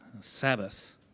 Sabbath